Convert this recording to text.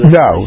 no